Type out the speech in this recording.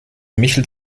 michel